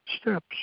steps